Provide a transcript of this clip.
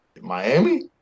Miami